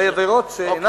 בעבירות שאינן